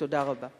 תודה רבה.